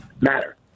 matter